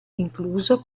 incluso